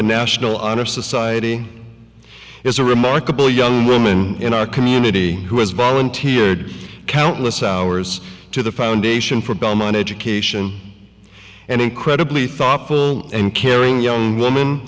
the national honor society is a remarkable young woman in our community who has volunteered countless hours to the foundation for bellman education and incredibly thoughtful and caring young woman